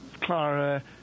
Clara